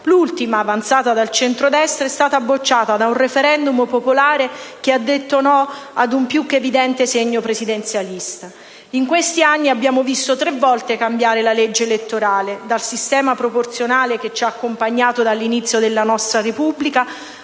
L'ultima, avanzata dal centrodestra, è stata bocciata da un *referendum* popolare che ha detto no ad un più che evidente segno presidenzialista. In questi anni, abbiamo visto tre volte cambiare la legge elettorale: dal sistema proporzionale che ci ha accompagnato dall'inizio della nostra Repubblica